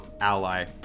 ally